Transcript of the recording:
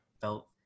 felt